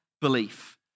belief